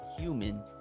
human